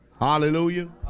Hallelujah